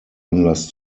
anlass